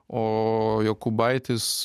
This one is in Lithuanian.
o jokubaitis